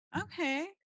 okay